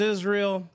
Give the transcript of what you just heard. Israel